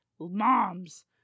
moms